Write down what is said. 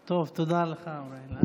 טוב, תודה רבה, אוריאל.